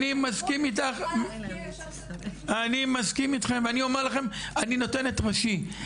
אני מסכים איתכם, ואני אומר לכם אני נותן את ראשי.